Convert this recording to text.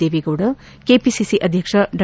Deve Gowda KPCC ಅಧ್ಯಕ್ಷ ಡಾ